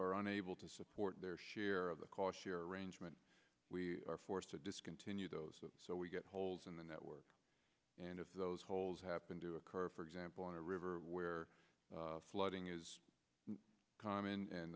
are unable to support their share of the cost to arrangement we are forced to discontinue those so we get holes in the network and if those holes happen to occur for example on a river where flooding is common